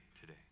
today